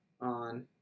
on